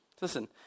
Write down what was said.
Listen